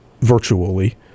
virtually